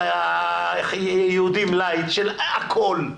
של היהודים לייט הכול.